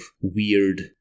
weird